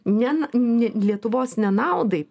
ne nau ne lietuvos nenaudai